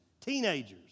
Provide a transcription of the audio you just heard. teenagers